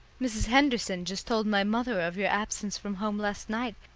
mrs. henderson just told my mother of your absence from home last night,